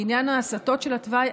בעניין ההסטות של התוואי,